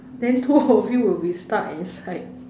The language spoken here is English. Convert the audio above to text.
then two of you will be stuck inside